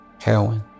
heroin